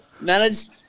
Managed